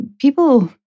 people